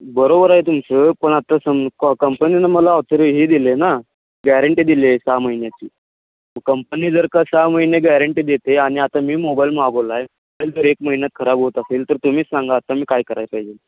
बरोबर आहे तुमचं पण आता सम कं कंपनीनं मला ओथिरी हे दिले ना गॅरंटी दिली आहे सहा महिन्याची कंपनी जर का सहा महिने गॅरंटी देते आणि आता मी मोबाईल मागवला आहे जर एक महिन्यात खराब होत असेल तर तुम्हीच सांगा आता मी काय करायला पाहिजे